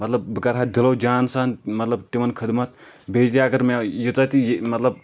مطلب بہٕ کَرٕہا دِلو جان سان مطلب تِمَن خٔدمَت بیٚیہِ تہِ اَگر مےٚ ییٖژا تہِ یہِ مطلب